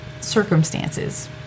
circumstances